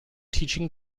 teaching